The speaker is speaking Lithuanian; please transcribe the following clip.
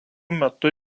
metu